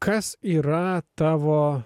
kas yra tavo